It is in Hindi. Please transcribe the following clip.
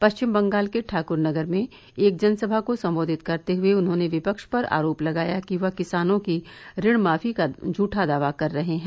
परिचम बंगाल के ठाकरनगर में एक जनसभा को संबोधित करते हए उन्होंने विपक्ष पर आरोप लगाया कि वह किसानों की ऋण माफी का झठा दावा कर रहे हैं